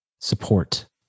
support